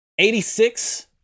86